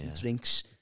drinks